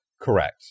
Correct